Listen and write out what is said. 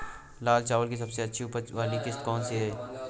लाल चावल की सबसे अच्छी उपज वाली किश्त कौन सी है?